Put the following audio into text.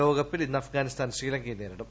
ലോകകപ്പിൽ ഇന്ന് അഫ്ഗാനിസ്ഥാൻ ശ്രീലങ്കയെ നേരിടും